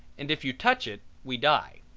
and if you touch it we die.